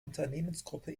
unternehmensgruppe